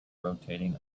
rotating